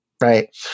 right